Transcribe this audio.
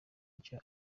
icyo